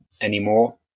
anymore